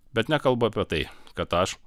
bet nekalba apie tai kad aš